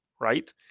right